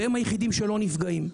והם היחידים שלא נפגעים.